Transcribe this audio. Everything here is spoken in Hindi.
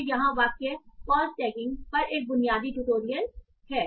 तो यहाँ वाक्य पॉज टैगिंग पर एक बुनियादी ट्यूटोरियल है